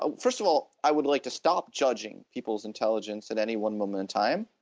ah first of all, i would like to stop judging people's intelligence at any one moment in time,